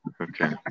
okay